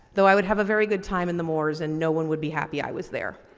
though i would have a very good time in the moors and no one would be happy i was there.